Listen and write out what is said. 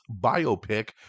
biopic